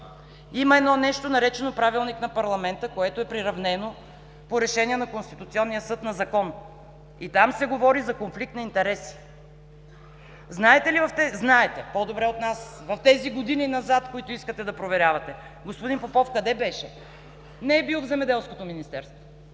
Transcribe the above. Има едно нещо, наречено „Правилник на парламента“, което е приравнено с решение на Конституционния съд на закон. Там се говори за конфликт на интереси. Знаете по добре от нас – в тези години назад, които искате да проверявате, господин Попов къде беше? Не е бил в Земеделското министерство.